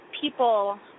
people